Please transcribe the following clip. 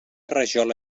rajola